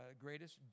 greatest